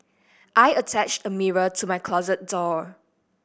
I attached a mirror to my closet door